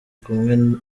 kumwe